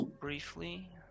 briefly